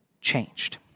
changed